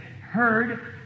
heard